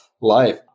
life